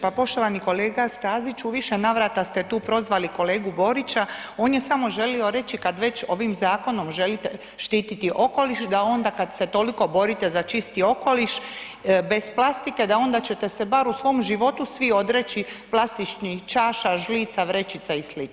Pa poštovani kolega Stazić, u više navrata ste tu prozvali kolegu Borića, on je samo želio reći kad već ovim zakonom želite štititi okoliš, da onda kad se toliko borite za čisti okoliš bez plastike, da onda ćete se barem u svom životu svi odreći plastičnih čaša, žlica, vrećica i sl.